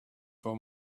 for